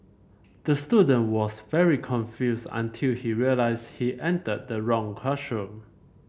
the student was very confused until he realised he entered the wrong classroom